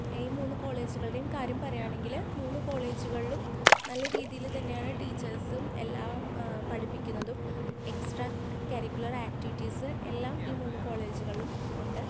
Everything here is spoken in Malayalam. ഈ മൂന്ന് കോളേജുകളുടെയും കാര്യം പറയുകയാണെങ്കിൽ മൂന്ന് കോളേജുകളിലും നല്ല രീതിയിൽ തന്നെയാണ് ടീച്ചേഴ്സും എല്ലാം പഠിപ്പിക്കുന്നതും എക്സ്ട്രാ കരിക്കുലർ ആക്റ്റിവിറ്റീസ്സ് എല്ലാം ഈ മൂന്ന് കോളേജുകളിലും ഉണ്ട്